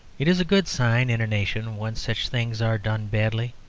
it is a good sign in a nation when such things are done badly.